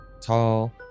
tall